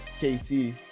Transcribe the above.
KC